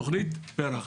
תוכנית פר"ח,